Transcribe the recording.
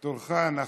תורך, נחמן.